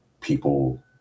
people